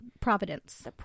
Providence